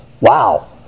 Wow